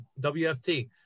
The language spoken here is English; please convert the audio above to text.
WFT